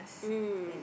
mm